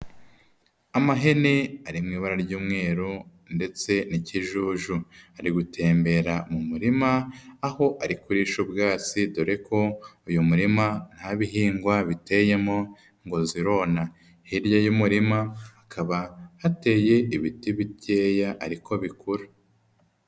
Amahene ari mu ibara ry'umweru ndetse n'ikijuju, ari gutembera mu murima aho ari kurisha ubwasi dore ko uyu murima nta bihingwa biteyemo ngo zirona, hirya y'umurima hakaba hateye ibiti bikeya ariko bikura.